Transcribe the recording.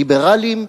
ליברלים,